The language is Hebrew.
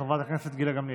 חברת הכנסת גילה גמליאל.